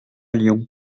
lyon